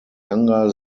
younger